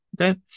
Okay